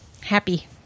Happy